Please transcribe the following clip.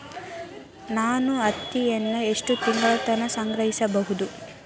ನಾನು ಹತ್ತಿಯನ್ನ ಎಷ್ಟು ತಿಂಗಳತನ ಸಂಗ್ರಹಿಸಿಡಬಹುದು?